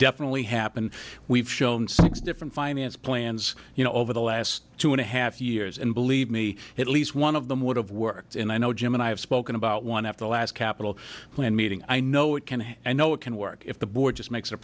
definitely happen we've shown six different finance plans you know over the last two and a half years and believe me it least one of them would have worked and i know jim and i have spoken about one of the last capital plan meeting i know it can i know it can work if the board just makes